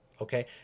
Okay